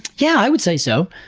yeah, i would say so.